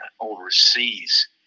overseas